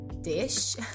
dish